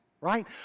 right